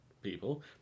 people